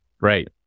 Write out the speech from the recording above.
right